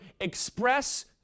express